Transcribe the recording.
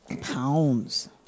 Pounds